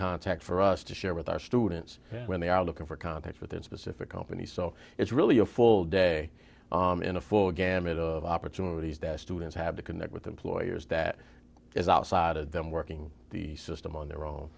context for us to share with our students when they are looking for contacts within specific companies so it's really a full day in a full gamut of opportunities that students have to connect with employers that is outside of them working the system on their own